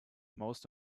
most